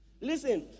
listen